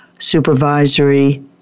supervisory